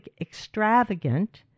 extravagant